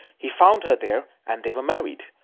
he found her there, and they were married.